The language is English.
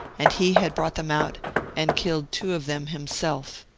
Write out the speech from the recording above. and he had brought them out and killed two of them him self.